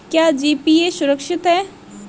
क्या जी.पी.ए सुरक्षित है?